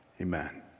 Amen